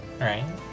Right